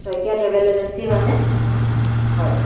Saikia travel agency হয়নে হয়